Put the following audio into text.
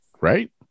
right